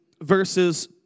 verses